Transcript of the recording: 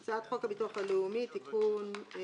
הצעת חוק הביטוח הלאומי (תיקון מס' ...),